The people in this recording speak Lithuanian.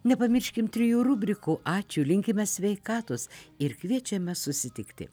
nepamirškim trijų rubrikų ačiū linkime sveikatos ir kviečiame susitikti